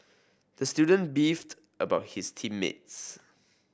the student beefed about his team mates